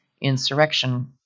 insurrection